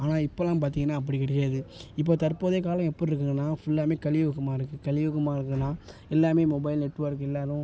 ஆனால் இப்போல்லாம் பார்த்திங்கன்னா அப்படி கிடையாது இப்போது தற்போதைய காலம் எப்பிட்ருக்குங்கன்னா ஃபுல்லாமே கலியுகமாக இருக்குது கலியுகமாக இருக்குதுன்னா எல்லாமே மொபைல் நெட்வொர்க் எல்லோரும்